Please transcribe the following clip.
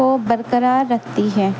کو برقرار رکھتی ہے